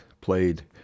played